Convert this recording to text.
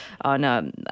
on